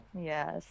Yes